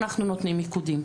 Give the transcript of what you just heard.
אנחנו נותנים מיקודים.